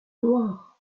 noir